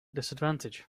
disadvantage